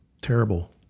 terrible